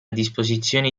disposizione